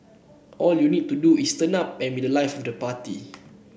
all you need to do is turn up and be the life of the party